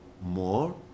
more